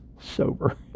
sober